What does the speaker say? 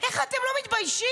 איך אתם לא מתביישים?